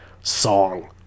song